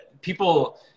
people